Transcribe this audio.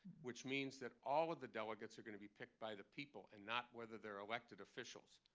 which means that all of the delegates are going to be picked by the people, and not whether they're elected officials,